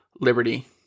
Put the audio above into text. liberty